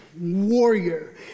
warrior